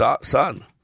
son